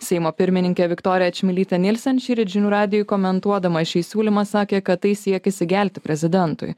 seimo pirmininkė viktorija čmilytė nielsen šįryt žinių radijui komentuodamas šį siūlymą sakė kad tai siekis įgelti prezidentui